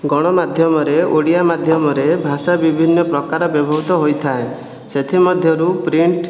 ଗଣମାଧ୍ୟମରେ ଓଡ଼ିଆ ମାଧ୍ୟମରେ ଭାଷା ବିଭିନ୍ନପ୍ରକାର ବ୍ୟବହୃତ ହୋଇଥାଏ ସେଥିମଧ୍ୟରୁ ପ୍ରିଣ୍ଟ